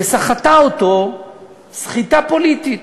וסחטה אותו סחיטה פוליטית.